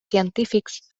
científics